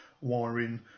wiring